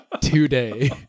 today